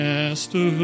Master